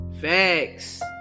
Facts